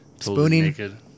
spooning